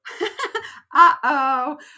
uh-oh